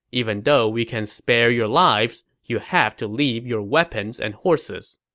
even though we can spare your lives, you have to leave your weapons and horses.